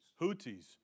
Houthis